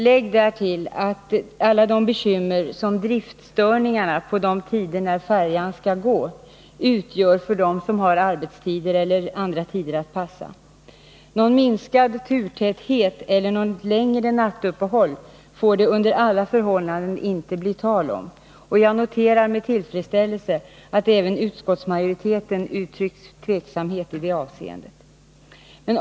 Lägg därtill alla de bekymmer som driftstörningar på de tider när färjan skall gå utgör för dem som har arbetstider eller andra tider att passa! 147 Någon minskad turtäthet eller något längre nattuppehåll får det under alla förhållanden inte bli tal om! Jag noterar med tillfredsställelse att även utskottsmajoriteten uttryckt tveksamhet i det avseendet.